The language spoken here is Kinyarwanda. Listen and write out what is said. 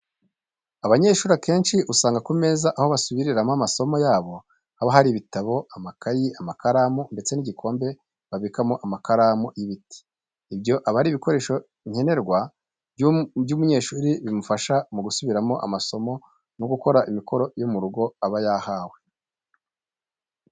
Abanyeshuri akenshi usanga ku meza aho basubiriramo amasomo yabo haba hari ibitabo, amakayi, amakaramu ndetse n'igikombe babikamo amakaramu y'ibiti, ibyo abari ibikoresho ncyenerwa by'umunyeshuri bimufasha mu gusubiramo amasomo no gukora imikoro yo mu rugo aba yahawe.